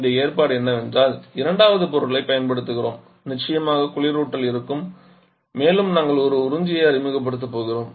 இந்த ஏற்பாடு என்னவென்றால் இரண்டாவது பொருளைப் பயன்படுத்துகிறோம் நிச்சயமாக குளிரூட்டல் இருக்கும் மேலும் நாங்கள் ஒரு உறிஞ்சியை அறிமுகப்படுத்தப் போகிறோம்